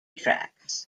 tracks